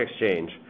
Exchange